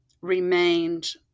remained